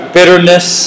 bitterness